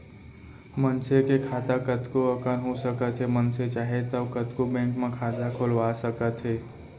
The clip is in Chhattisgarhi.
मनसे के खाता कतको अकन हो सकत हे मनसे चाहे तौ कतको बेंक म खाता खोलवा सकत हे